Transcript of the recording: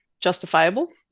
justifiable